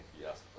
Yes